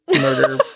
murder